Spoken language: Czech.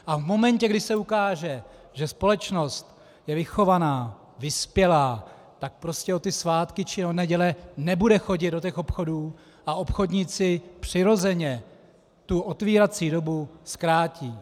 V momentě, kdy se ukáže, že společnost je vychovaná, vyspělá, tak prostě o svátcích a nedělích nebude chodit do těch obchodů a obchodníci přirozeně otevírací dobu zkrátí.